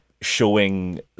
showing